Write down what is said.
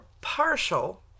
partial